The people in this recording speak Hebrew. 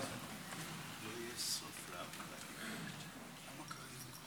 (חברי הכנסת מכבדים בקימה את זכרם של המנוחים).